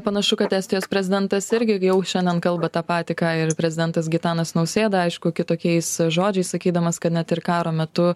panašu kad estijos prezidentas irgi jau šiandien kalba tą patį ką ir prezidentas gitanas nausėda aišku kitokiais žodžiais sakydamas kad net ir karo metu